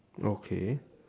okay